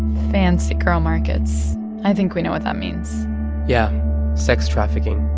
fancy girl markets i think we know what that means yeah sex trafficking